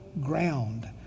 ground